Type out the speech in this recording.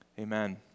Amen